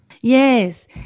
Yes